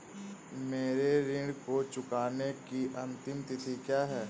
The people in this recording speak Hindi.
मेरे ऋण को चुकाने की अंतिम तिथि क्या है?